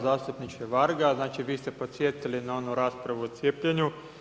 Zastupniče Varga, znači vi ste podsjetili na onu raspravu o cijepljenju.